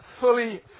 fully